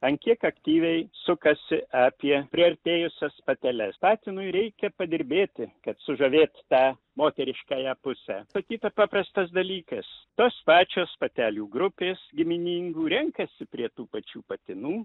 an kiek aktyviai sukasi apie priartėjusias pateles patinui reikia padirbėti kad sužavėt tą moteriškąją pusę sakyta paprastas dalykas tos pačios patelių grupės giminingų renkasi prie tų pačių patinų